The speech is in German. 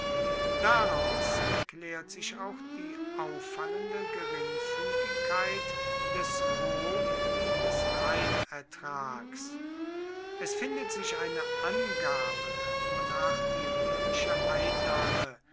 daraus erklärt sich auch die auffallende geringfügigkeit des roh wie des reinertrags es findet sich eine angabe wonach die römische einnahme